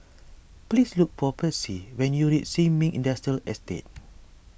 please look for Percy when you reach Sin Ming Industrial Estate